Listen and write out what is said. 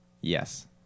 Yes